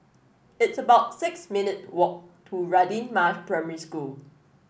it's about six minute walk to Radin Mas Primary School